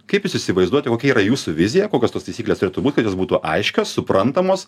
kaip jūs įsivaizduojate kokia yra jūsų vizija kokios tos taisyklės turėtų būt kad jos būtų aiškios suprantamos